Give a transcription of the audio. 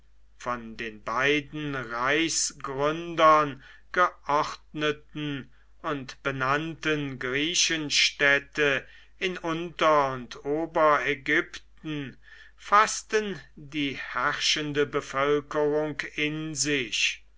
von den beiden reichsgründern geordneten und benannten griechenstädte in unter und oberägypten faßten die herrschende bevölkerung in sich